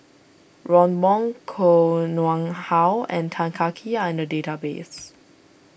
Ron Wong Koh Nguang How and Tan Kah Kee are in the database